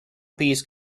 piece